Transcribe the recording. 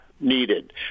Needed